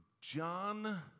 John